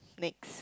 mix